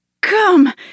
Come